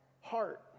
heart